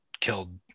killed